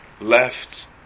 left